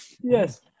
Yes